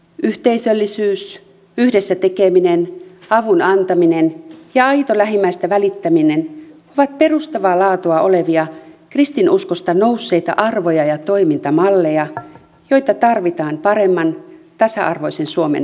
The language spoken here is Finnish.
yhteisöllisyys yhdessä tekeminen avun antaminen ja aito lähimmäisestä välittäminen ovat perustavaa laatua olevia kristinuskosta nousseita arvoja ja toimintamalleja joita tarvitaan paremman tasa arvoisen suomen rakentamisessa